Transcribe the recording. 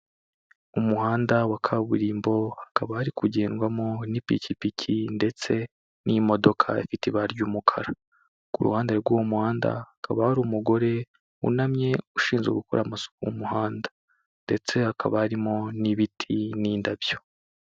Umuhanda wa kaburimbo, hakaba hari kugendwamo n'ipikipiki ndetse n'imodoka ifite ibara ry'umukara, ku ruhande rw'uwo muhanda hakaba hari umugore wunamye ushinzwe gukora mu muhanda ndetse hakaba harimo n'ibiti n'indabyo.